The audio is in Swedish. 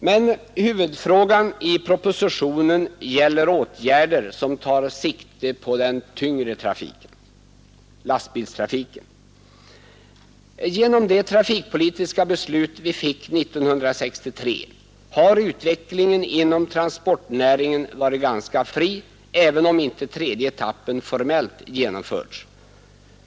Men huvudfrågan i propositionen gäller åtgärder som tar sikte på den tyngre lastbilstrafiken. Genom det trafikpolitiska beslut vi fick 1963 har utvecklingen inom transportnäringen varit ganska fri, även om inte tredje etappen formellt genomförts.